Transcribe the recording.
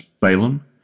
Balaam